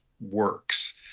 works